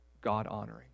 God-honoring